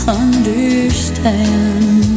understand